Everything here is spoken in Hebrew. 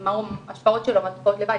מה ההשפעות שלו, מה תופעות הלוואי.